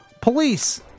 Police